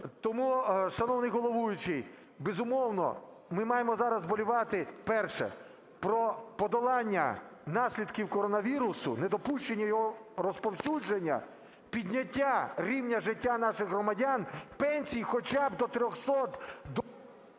Тому, шановний головуючий, безумовно, ми маємо зараз вболівати, перше, про подолання наслідків коронавірусу, недопущення його розповсюдження, підняття рівня життя наших громадян, пенсій хоча б до трьохсот…